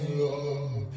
love